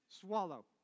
Swallow